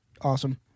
awesome